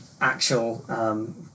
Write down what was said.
actual